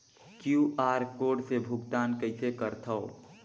QR code से भुगतान कइसे करथव?